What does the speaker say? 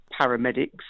paramedics